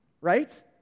Right